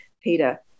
Peter